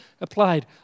applied